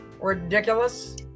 Ridiculous